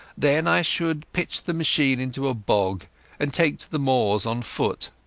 then i should pitch the machine into a bog and take to the moors on foot.